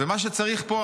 מה שצריך פה,